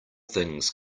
things